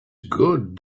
good